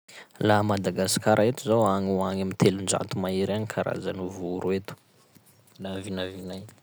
Laha Madagasikara eto zao agny ho agny amy telonjato mahery agny karazan'ny voro eto, laha vinavinay.